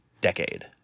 decade